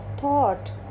thought